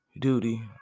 duty